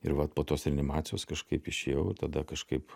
ir vat po tos reanimacijos kažkaip išėjau tada kažkaip